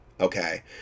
okay